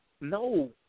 no